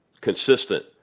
consistent